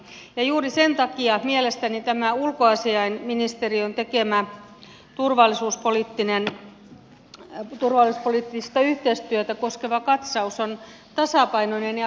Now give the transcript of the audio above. ja juuri sen takia mielestäni tämä ulkoasiainministeriön tekemä turvallisuuspoliittista yhteistyötä koskeva katsaus on tasapainoinen ja hyvä